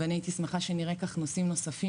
הייתי שמחה שנראה כך נושאים נוספים